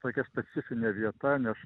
tokia specifinė vieta nes